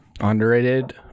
Underrated